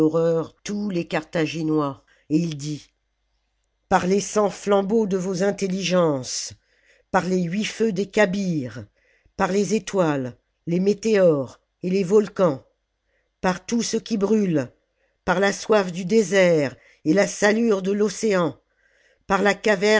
tous les carthaginois et il dit par les cent flambeaux de vos intelligences par les huit feux des kabyres par les étoiles les météores et les volcans par tout ce qui brûle par la soif du désert et la salure de l'océan par la